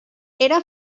era